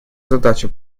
задача